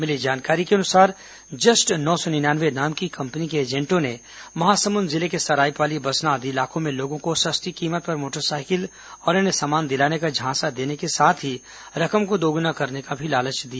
मिली जानकारी के अनुसार जस्ट नौ सौ निन्यानवे नाम की कंपनी के एजेंटों ने महासमुंद जिले के सरायपाली बसना आदि इलाकों में लोगों को सस्ती कीमत पर मोटरसाइकिल और अन्य सामान दिलाने का झांसा देने के साथ ही रकम को दोगुना करने का भी लालच दिया